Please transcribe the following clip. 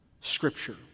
Scripture